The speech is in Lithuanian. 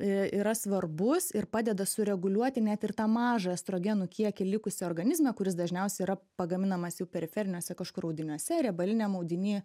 yra svarbus ir padeda sureguliuoti net ir tą mažą estrogenų kiekį likusį organizme kuris dažniausiai yra pagaminamas jau periferiniuose kažkur audiniuose riebaliniam audiny